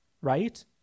right